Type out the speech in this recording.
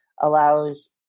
allows